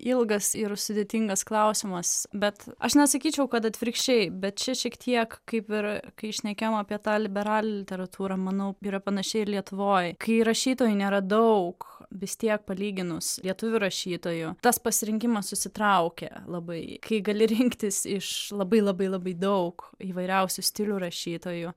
ilgas ir sudėtingas klausimas bet aš nesakyčiau kad atvirkščiai bet čia šiek tiek kaip ir kai šnekėjom apie tą liberalią literatūrą manau yra panašiai ir lietuvoj kai rašytojų nėra daug vis tiek palyginus lietuvių rašytojų tas pasirinkimas susitraukia labai kai gali rinktis iš labai labai labai daug įvairiausių stilių rašytojų